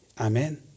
Amen